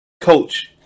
coach